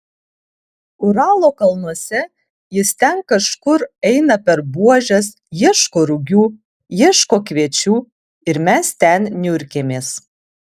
uralo kalnuose jis ten kažkur eina per buožes ieško rugių ieško kviečių ir mes ten niurkėmės